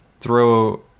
throw